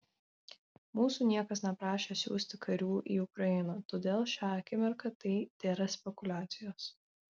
mūsų niekas neprašė siųsti karių į ukrainą todėl šią akimirką tai tėra spekuliacijos